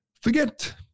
forget